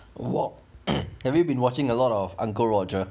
wok have you been watching a lot of uncle roger